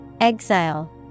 Exile